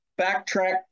backtrack